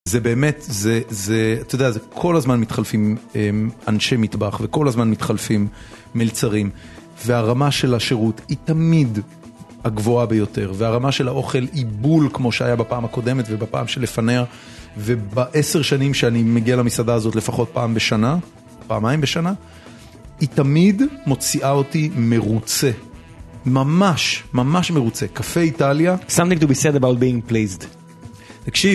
זה באמת, זה, זה, אתה יודע, זה כל הזמן מתחלפים אנשי מטבח וכל הזמן מתחלפים מלצרים. והרמה של השירות היא תמיד הגבוהה ביותר, והרמה של האוכל היא בול כמו שהיה בפעם הקודמת ובפעם שלפניה. ובעשר שנים שאני מגיע למסעדה הזאת, לפחות פעם בשנה, פעמיים בשנה, היא תמיד מוציאה אותי מרוצה. ממש, ממש מרוצה. קפה איטליה. Something to be said about being pleased. תקשיב